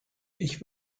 ich